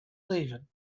leaving